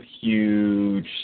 huge